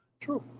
True